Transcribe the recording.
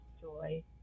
joy